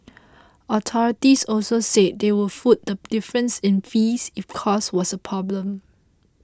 authorities also said they would foot the difference in fees if cost was a problem